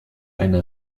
eine